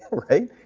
right,